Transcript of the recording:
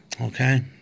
okay